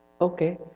Okay